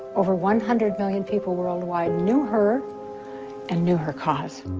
over one hundred million people worldwide knew her and knew her cause.